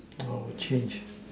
I will change